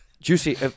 Juicy